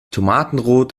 tomatenrot